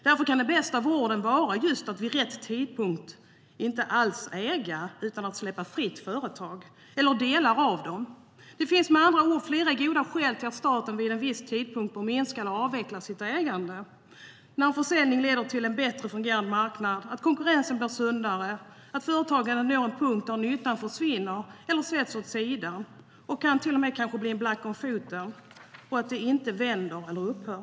Därför kan den bästa vården vara just att vid rätt tidpunkt inte alls äga företag utan att släppa hela eller delar av dem fria. Det finns med andra ord flera goda skäl till att staten vid en viss tidpunkt bör minska eller avveckla sitt ägande när en försäljning leder till en bättre fungerande marknad, när konkurrensen blir sundare eller när företagandet når en punkt där nyttan försvinner eller sätts åt sidan och till och med kan bli till en black om foten om den inte vänder eller om den upphör.